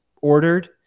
ordered